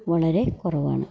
വളരെ കുറവാണ്